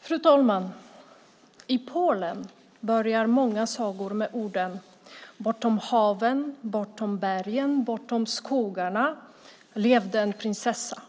Fru talman! I Polen börjar många sagor med orden: "Bortom haven, bortom bergen, bortom skogarna levde en prinsessa ."